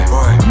Boy